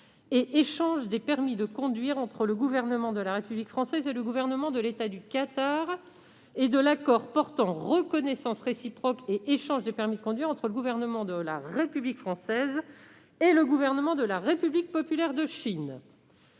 et échange des permis de conduire entre le Gouvernement de la République française et le Gouvernement de l'État du Qatar et de l'accord portant reconnaissance réciproque et échange des permis de conduire entre le Gouvernement de la République française et le Gouvernement de la République populaire de Chine